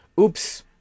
oops